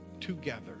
together